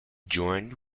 joined